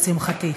לשמחתי.